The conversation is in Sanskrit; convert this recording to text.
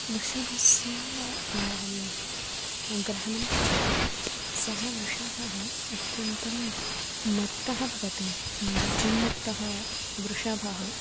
वृषभस्य ग्रहणं कर्तव्यं सः वृषभः अत्यन्तं मत्तः भवति उन्मत्तः वृषभः